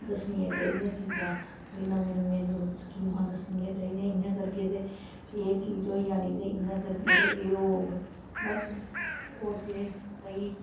दसनियां चाहिदियां चीजां नमियां नमियां स्कीमां चाहिदियां इ'यां करगे ते ते एह् चीज होई जानी ते इ'यां करगे ते एह् होग बस होर केह् भाई